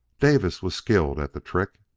davis was skilled at the trick,